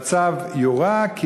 המצב יורע,